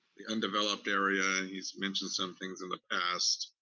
the undeveloped area, and he's mentioned some things in the past.